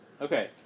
Okay